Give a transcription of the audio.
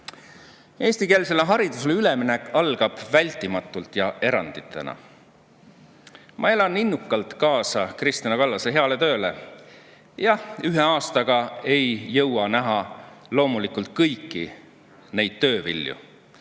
ministrit. Eestikeelsele haridusele üleminek algab vältimatult ja eranditeta. Ma elan innukalt kaasa Kristina Kallase heale tööle. Jah, ühe aastaga ei jõua loomulikult näha kõiki töö vilju.